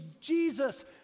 Jesus